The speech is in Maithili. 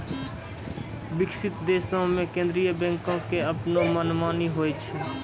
विकसित देशो मे केन्द्रीय बैंको के अपनो मनमानी होय छै